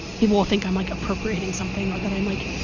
people will think i'm, like, appropriating something or that i'm, like,